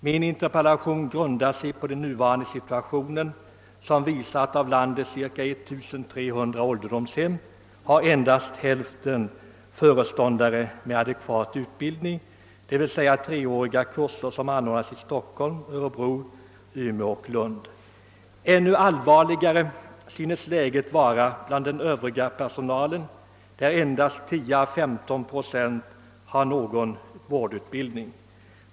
Min interpellation grundar sig på nuvarande situation, som visar att av landets cirka 1300 ålderdomshem endast hälften har föreståndare med adekvat utbildning, d.v.s. de treåriga kurser som anordnas i Stockholm, Örebro, Umeå och Lund. Ännu allvarligare synes läget vara bland den övriga personalen, av vilken endast 10—15 procent har någon vårdutbildning.